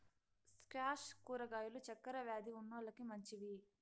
squash కూరగాయలు చక్కర వ్యాది ఉన్నోలకి మంచివి